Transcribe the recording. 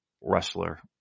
wrestler